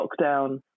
lockdown